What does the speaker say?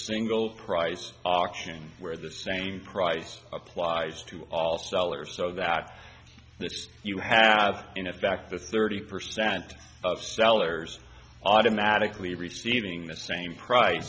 single price auction where the same price applies to all sellers so that this you have enough back to thirty percent of sellers automatically receiving the same price